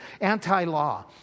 anti-law